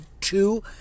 two